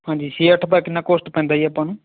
ਹਾਂਜੀ ਛੇ ਅੱਠ ਦਾ ਕਿੰਨਾ ਕੋਸਟ ਪੈਂਦਾ ਜੀ ਆਪਾਂ ਨੂੰ